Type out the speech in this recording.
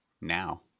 Now